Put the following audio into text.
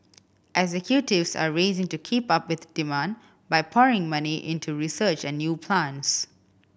executives are racing to keep up with demand by pouring money into research and new plants